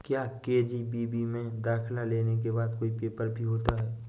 क्या के.जी.बी.वी में दाखिला लेने के लिए कोई पेपर भी होता है?